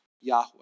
Yahweh